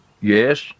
Yes